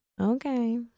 Okay